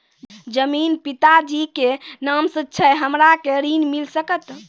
जमीन पिता जी के नाम से छै हमरा के ऋण मिल सकत?